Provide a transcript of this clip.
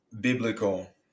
biblical